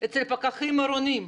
אצל הפקחים העירוניים?